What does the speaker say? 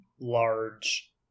large